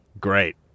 Great